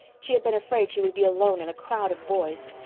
she had been afraid she would be alone in a crowd of boys.